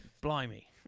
Blimey